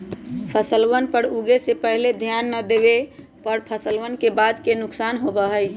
फसलवन पर उगे से पहले ध्यान ना देवे पर फसलवन के बाद के नुकसान होबा हई